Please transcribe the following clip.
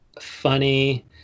funny